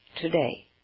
today